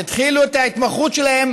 יתחילו את ההתמחות שלהם